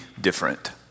different